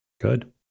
Good